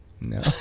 No